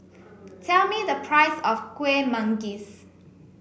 tell me the price of Kueh Manggis